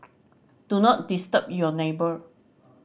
do not disturb your neighbour